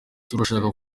turashaka